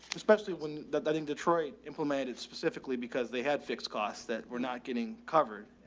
especially when that, that in detroit implemented specifically because they had fixed costs that were not getting covered. and